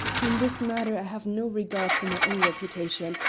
in this matter i have no regard for my own reputation,